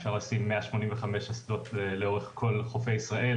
אפשר לשים 185 אסדות לאורך כל חופי ישראל